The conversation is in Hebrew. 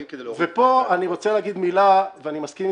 ופה אני רוצה להגיד מילה ואני מסכים עם